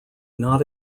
not